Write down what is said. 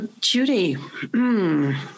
Judy